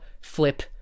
Flip